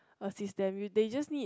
assist them you they just need